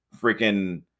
freaking